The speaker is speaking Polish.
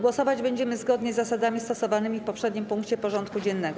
Głosować będziemy zgodnie z zasadami stosowanymi w poprzednim punkcie porządku dziennego.